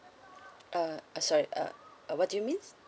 uh uh sorry uh uh what do you mean